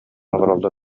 олороллор